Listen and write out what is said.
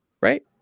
right